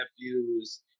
nephews